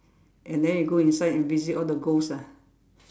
and then you go inside and visit all the ghost ah